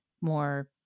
more